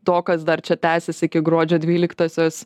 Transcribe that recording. to kas dar čia tęsis iki gruodžio dvyliktosios